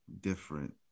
different